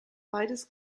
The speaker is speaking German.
beides